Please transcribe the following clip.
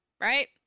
right